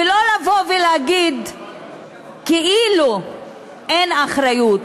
ולא לבוא ולהגיד כאילו אין אחריות.